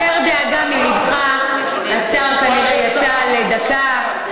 הסר דאגה מלבך, השר כנראה יצא לדקה.